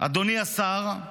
אדוני השר,